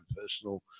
personal